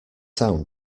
sound